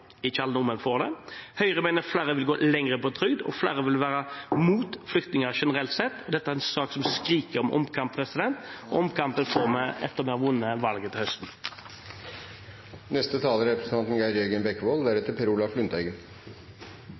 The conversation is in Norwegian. ikke alle nordmenn får det. Høyre mener flere vil gå lenger på trygd, og flere vil være mot flyktninger generelt sett. Dette er en sak som skriker om omkamp. Omkampen får vi etter at vi har vunnet valget til høsten. Skal vi skape et samfunn med plass til alle uavhengig av hvor man kommer fra, er